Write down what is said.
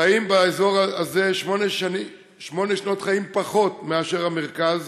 חיים באזור הזה שמונה שנות חיים פחות מאשר במרכז,